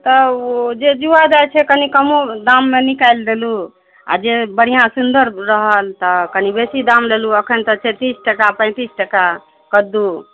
तऽ ओ जे जुआ जाइत छै कनि कमो दाममे निकालि देलू आ जे बढ़िआँ सुन्दर रहल तऽ कनि बेसी दाम लेलू अखन तऽ छै तीस टका पैंतीस टका कद्दू